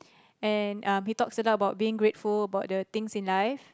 and um he talks a lot about being grateful about the things in life